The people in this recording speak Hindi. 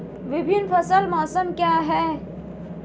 विभिन्न फसल मौसम क्या हैं?